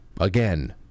Again